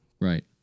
Right